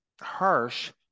harsh